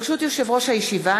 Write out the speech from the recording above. ברשות יושב-ראש הישיבה,